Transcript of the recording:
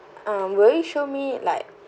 um will you show me like